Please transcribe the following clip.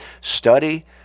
study